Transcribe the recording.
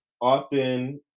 often